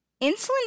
Insulin